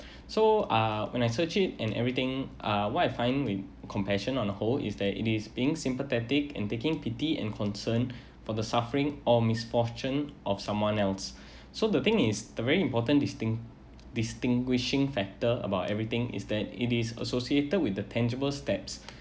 so uh when I search it and everything uh what I find with compassion on hold is there it is being sympathetic and taking pity and concern for the suffering or misfortune of someone else so the thing is the very important disting~ distinguishing factor about everything is that it is associated with the tangible steps